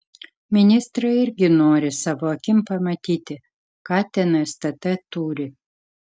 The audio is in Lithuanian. ministrai irgi nori savo akim pamatyti ką ten stt turi